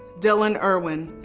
dylan irwin.